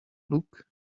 look